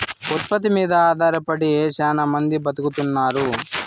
ఉత్పత్తి మీద ఆధారపడి శ్యానా మంది బతుకుతున్నారు